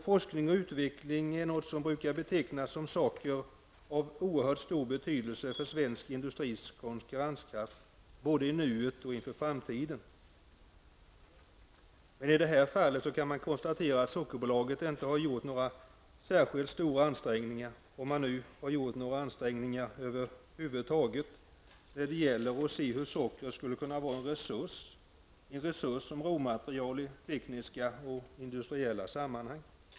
Forskning och utveckling brukar betecknas som saker av oerhörd stor betydelse för svensk industris konkurrenskraft, både i nuet och inför framtiden. Men i det här fallet kan man konstatera att Sockerbolaget inte har gjort några särskilt stora ansträngningar -- om man nu över huvud taget har gjort några ansträngningar -- när det gäller att se hur sockret skulle kunna vara en resurs som råmaterial i tekniska och industriella sammanhang.